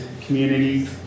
communities